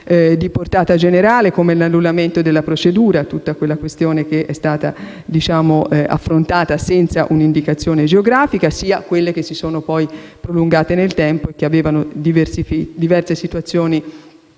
di portata generale, come l'annullamento della procedura, che è stata affrontata senza un'indicazione geografica, sia quelle che si sono poi prolungate nel tempo e che vedevano diverse situazioni